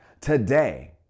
Today